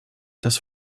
das